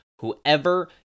Whoever